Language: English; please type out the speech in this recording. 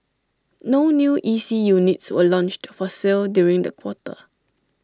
no new E C units were launched for sale during the quarter